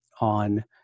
on